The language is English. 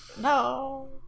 No